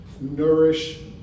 nourish